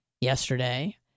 yesterday